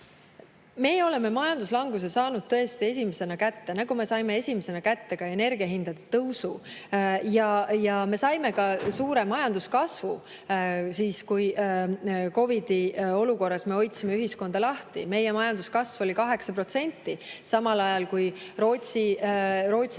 oleme majanduslanguse saanud tõesti esimesena kätte, nagu me saime esimesena kätte ka energiahindade tõusu ja nagu me saime suure majanduskasvu, siis kui COVID‑i olukorras me hoidsime ühiskonda lahti. Meie majanduskasv oli 8%, samal ajal kui Rootsis